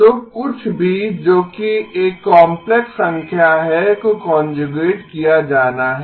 तो कुछ भी जो कि एक काम्प्लेक्स संख्या है को कांजुगेट किया जाना है